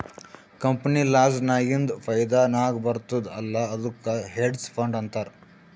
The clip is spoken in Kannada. ಕಂಪನಿ ಲಾಸ್ ನಾಗಿಂದ್ ಫೈದಾ ನಾಗ್ ಬರ್ತುದ್ ಅಲ್ಲಾ ಅದ್ದುಕ್ ಹೆಡ್ಜ್ ಫಂಡ್ ಅಂತಾರ್